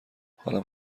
حالم